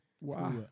Wow